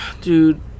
Dude